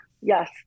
Yes